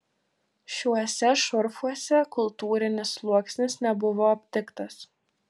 šiuose šurfuose kultūrinis sluoksnis nebuvo aptiktas